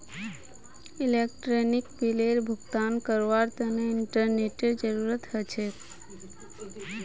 electronic बिलेर भुगतान करवार तने इंटरनेतेर जरूरत ह छेक